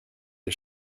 des